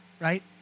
right